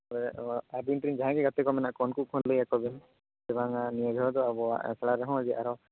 ᱟᱵᱤᱱ ᱨᱤᱱ ᱡᱟᱦᱟᱭ ᱜᱮ ᱜᱟᱛᱮ ᱠᱚ ᱢᱮᱱᱟᱜ ᱠᱚ ᱩᱱᱠᱩ ᱠᱚᱦᱚᱸ ᱞᱟᱹᱭᱟᱠᱚ ᱵᱤᱱ ᱡᱮ ᱵᱟᱝ ᱟ ᱱᱤᱭᱟᱹ ᱫᱷᱟᱣ ᱫᱚ ᱟᱵᱚᱣᱟᱜ ᱮᱠᱞᱟ ᱨᱮᱦᱚᱸ ᱡᱮ ᱟᱨᱚ